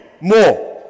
more